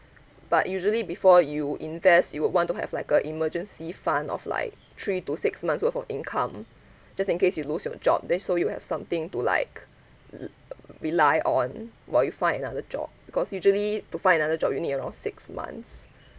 but usually before you invest you would want to have like a emergency fund of like three to six months worth of income just in case you lose your job then so you have something to like rely on while you find another job because usually to find another job you need around six months